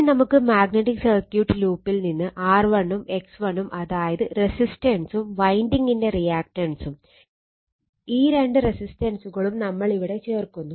ഇനി നമ്മുടെ magnetic circuit ലൂപ്പിൽ നിന്ന് R1 ഉം X1 ഉം അതായത് റെസിസ്റ്റൻസും വൈൻഡിങ്ങിൻറെ റിയാക്റ്റൻസും ഈ രണ്ട് റെസിസ്റ്റൻസുകളും നമ്മൾ ഇവിടെ ചേർക്കുന്നു